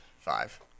Five